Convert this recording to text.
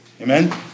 Amen